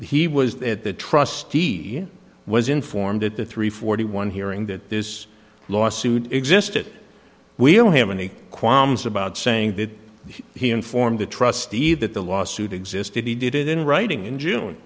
he was at the trustee he was informed at the three forty one hearing that this lawsuit existed we don't have any qualms about saying that he informed the trustee that the lawsuit existed he did it in writing in june